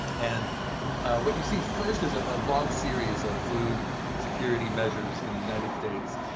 and what you see, first, is a ah long series of food security measures in the united states.